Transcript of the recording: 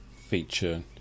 feature